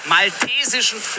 Maltesischen